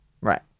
Right